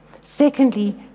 Secondly